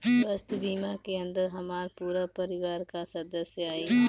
स्वास्थ्य बीमा के अंदर हमार पूरा परिवार का सदस्य आई?